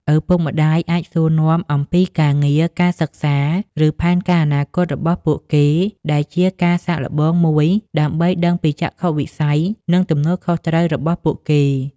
ឪពុកម្តាយ អាចសួរនាំអំពីការងារ ការសិក្សា ឬផែនការអនាគតរបស់ពួកគេ ដែលជាការសាកល្បងមួយដើម្បីដឹងពីចក្ខុវិស័យ និងទំនួលខុសត្រូវរបស់ពួកគេ។